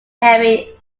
henry